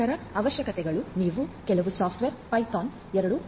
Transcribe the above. ಇತರ ಅವಶ್ಯಕತೆಗಳು ನೀವು ಕೆಲವು ಸಾಫ್ಟ್ವೇರ್ ಪೈಥಾನ್ 2